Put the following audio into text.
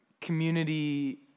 community